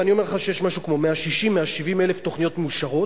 ואני אומר לך שיש משהו כמו 160,000 170,000 תוכניות מאושרות.